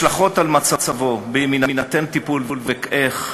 השלכות על מצבו בהינתן טיפול ואיך,